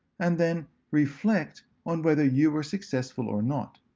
and then reflect on whether you were successful or not.